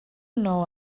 know